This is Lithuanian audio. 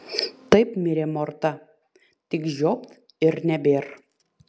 taip mirė morta tik žiopt ir nebėr